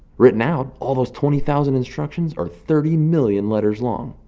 written out, all those twenty thousand instructions are thirty million letters long!